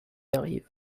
arrive